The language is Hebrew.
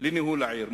לניהול העיר.